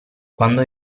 quando